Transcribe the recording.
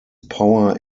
power